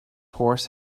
horse